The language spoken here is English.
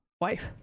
wife